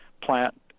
plant